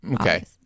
Okay